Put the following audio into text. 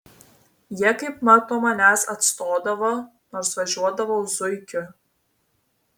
jie kaip mat nuo manęs atstodavo nors važiuodavau zuikiu